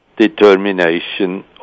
Determination